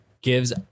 gives